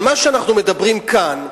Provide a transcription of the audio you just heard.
אבל מה שאנחנו מדברים כאן,